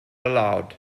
allowed